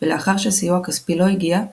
ולאחר שסיוע כספי לא הגיע,